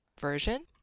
version